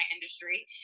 industry